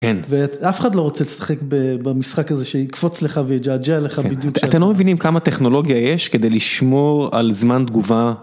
אף אחד לא רוצה לשחק במשחק הזה שיקפוץ לך ויג'עג'ע לך בדיוק. אתם לא מבינים כמה טכנולוגיה יש, כדי לשמור על זמן תגובה.